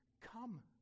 come